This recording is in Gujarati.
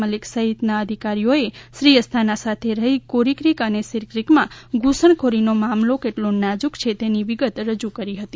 મલિક સહિતના અધિકારીઓએ શ્રી અસ્થાના સાથે રહી કોરીક્રીક અને સીરક્રીકમાં ધુસણખોરીનો મામલો કેટલો નાજુક છે તેની વિગત રજૂ કરી હતી